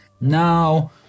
Now